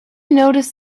noticed